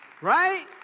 Right